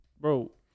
Bro